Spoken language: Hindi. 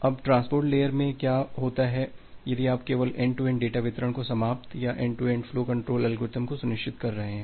अब ट्रांसपोर्ट लेयर में क्या होता है यदि आप केवल एन्ड टू एन्ड डेटा वितरण को समाप्त या end to end flow control algorithm को सुनिश्चित कर रहे हैं